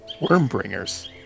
Wormbringers